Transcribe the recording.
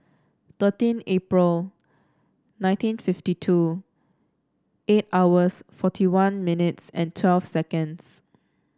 thirteen April nineteen fifty two eight hours forty one minutes and twelve seconds